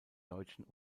deutschen